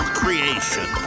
creation